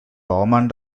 baumann